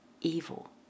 evil